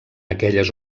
aquelles